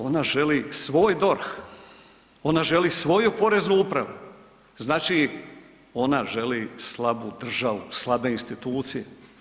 Ona želi svoj DORH, ona želi svoju Poreznu upravu, znači ona želi slabu državu, slabe institucije.